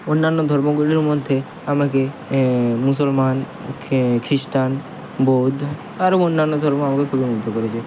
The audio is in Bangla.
অন্যান্য ধর্মগুলির মধ্যে আমাকে মুসলমান খিস্টান বৌদ্ধ আরও অন্যান্য ধর্ম আমাকে খুবই মুগ্ধ করেছে